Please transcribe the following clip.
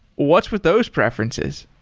what's with those preferences?